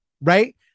Right